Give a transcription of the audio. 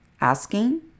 asking